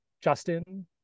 Justin